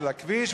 השמש קופחת,